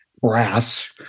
brass